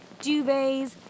duvets